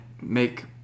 make